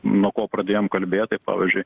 nuo ko pradėjom kalbėt tai pavyzdžiui